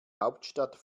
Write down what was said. hauptstadt